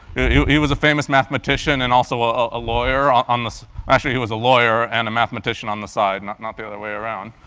you know he was a famous mathematician and also a lawyer on on this actually, he was a lawyer and a mathematician on the side, not not the other way around.